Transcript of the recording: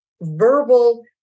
verbal